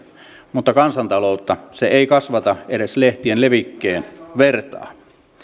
mutta kansantaloutta se ei kasvata edes lehtien levikkien vertaa